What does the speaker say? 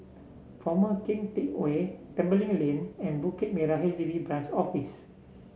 Former Keng Teck Whay Tembeling Lane and Bukit Merah H D B Branch Office